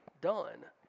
done